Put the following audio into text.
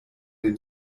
dem